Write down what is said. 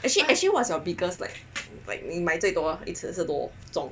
actually actually what's your biggest like like 你买最多一次是多重